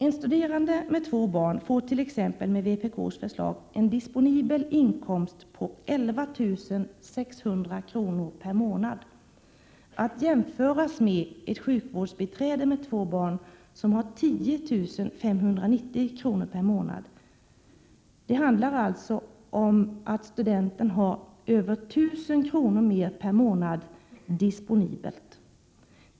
En studerande med två barn får t.ex. med vpk:s förslag en disponibel inkomst på 11 600 kr. per månad och ett sjukvårdsbiträde med två barn har 10 590 kr. per månad. Studenten skulle alltså få över 1000 kr. mer i disponibel inkomst än sjukvårdsbiträdet.